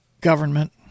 government